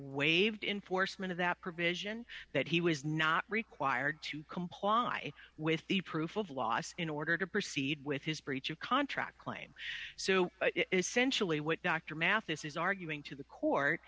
waived in foresman of that provision that he was not required to comply with the proof of loss in order to proceed with his breach of contract claim so essentially what dr mathis is arguing to the court